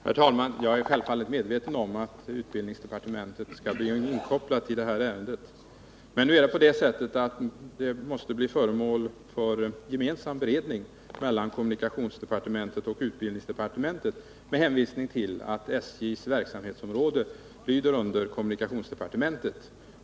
Herr talman! Jag är självfallet medveten om att även utbildningsdepartementet måste kopplas in på det här ärendet. Men med hänsyn till att SJ:s verksamhet lyder under kommunikationsdepartementet måste frågan bli föremål för gemensam beredning mellan kommunikationsdepartementet och utbildningsdepartementet.